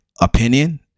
opinion